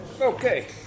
Okay